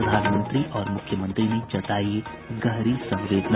प्रधानमंत्री और मुख्यमंत्री ने जतायी गहरी संवेदना